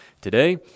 today